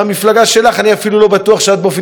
אני אפילו לא בטוח שאת באופן אישי תהיי במפלגה